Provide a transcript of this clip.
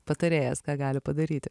patarėjas ką gali padaryti